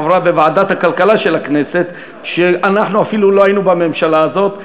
עברה בוועדת הכלכלה של הכנסת כשאנחנו אפילו לא היינו בממשלה הזאת,